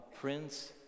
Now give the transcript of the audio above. Prince